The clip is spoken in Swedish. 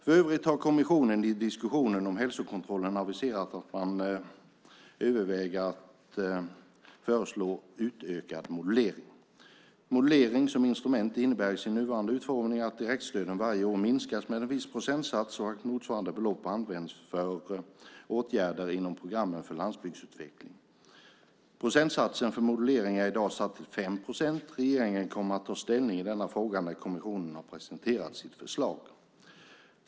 För övrigt har kommissionen i diskussionen om hälsokontrollen aviserat att man överväger att föreslå utökad modulering. Modulering som instrument innebär i sin nuvarande utformning att direktstöden varje år minskas med en viss procentsats och att motsvarande belopp används för åtgärder inom programmen för landsbygdsutveckling. Procentsatsen för modulering är i dag satt till 5 procent. Regeringen kommer att ta ställning i denna fråga när kommissionen har presenterat sitt förslag.